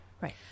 right